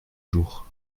jours